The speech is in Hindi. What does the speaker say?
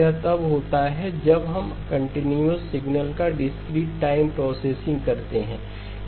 यह तब होता है जब हम कंटीन्यूअस सिग्नल का डिस्क्रीट टाइम प्रोसेसिंग करते हैं